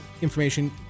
information